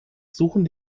suchen